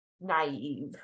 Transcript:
naive